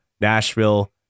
Nashville